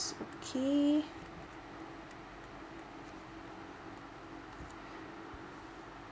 okay